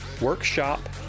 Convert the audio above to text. workshop